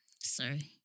sorry